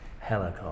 Hello